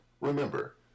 Remember